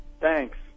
Thanks